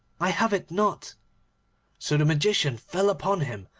i have it not so the magician fell upon him,